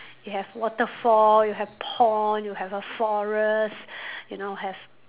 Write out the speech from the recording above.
you have waterfall you have pond you have a forest you know have